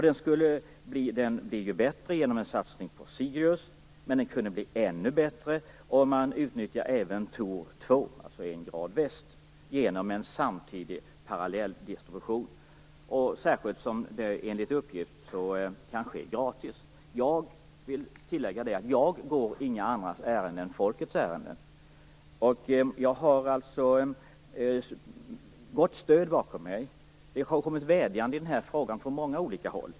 Den blir bättre genom en satsning på Sirius, men den kunde bli ännu bättre om man utnyttjar även Thor 2, alltså 1 grad väst, genom en samtidig parallelldistribution, särskilt som det enligt uppgift kan ske gratis. Jag vill tillägga att jag inte går några andras ärenden än folkets. Jag har alltså gott stöd bakom mig. Det har kommit vädjanden i den här frågan från många olika håll.